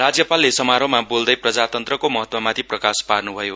राज्यपालले समारोहमा बोल्दै प्रजातन्त्रको महत्त्वमाथि प्रकाश पार्न्भयो